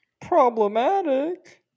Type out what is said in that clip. Problematic